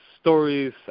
stories